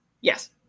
Yes